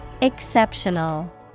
Exceptional